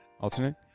Alternate